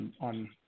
on